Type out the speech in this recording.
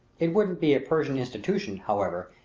it wouldn't be a persian institution, however,